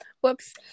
whoops